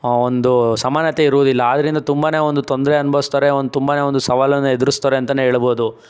ಒಂದು ಸಮಾನತೆ ಇರುವುದಿಲ್ಲ ಆದ್ದರಿಂದ ತುಂಬನೇ ಒಂದು ತೊಂದರೆ ಅನುಭವಿಸ್ತಾರೆ ಒಂದು ತುಂಬನೇ ಒಂದು ಸವಾಲನ್ನು ಎದುರಿಸ್ತಾರೆ ಅಂತಲೇ ಹೇಳಬೋದು